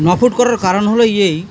ন ফুট করার কারণ হলো এই